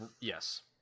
Yes